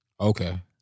okay